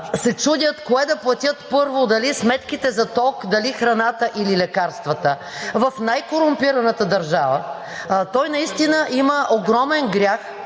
се чудят кое да платят първо – дали сметките за ток, дали храната или лекарствата в най-корумпираната държава, той наистина има огромен грях